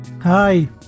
Hi